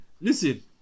listen